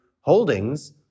holdings